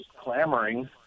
clamoring